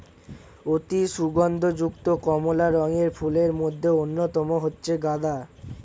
অতি সুগন্ধ যুক্ত কমলা রঙের ফুলের মধ্যে অন্যতম হচ্ছে গাঁদা